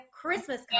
Christmas